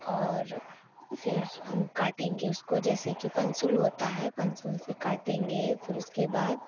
और फिर हम काटेंगे उसको जैसे कि पनसुल होता है पनसुल से काटेंगे फिर उसके बाद